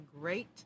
great